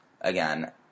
again